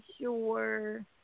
sure